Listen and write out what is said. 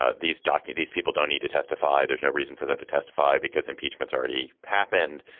ah these dockley these people don't need to testify. there's no reason for them to testify because impeachment already happened.